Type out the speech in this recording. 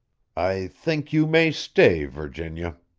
i think you may stay, virginia.